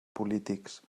polítics